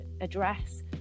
address